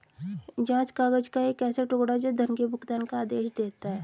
जाँच काग़ज़ का एक ऐसा टुकड़ा, जो धन के भुगतान का आदेश देता है